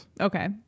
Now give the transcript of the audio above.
Okay